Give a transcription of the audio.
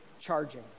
charging